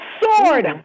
sword